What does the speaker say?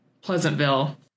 Pleasantville